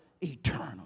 eternal